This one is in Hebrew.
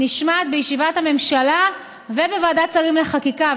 נשמעת בישיבת הממשלה ובוועדת שרים לחקיקה,